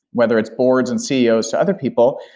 whether it's boards and ceos to other people,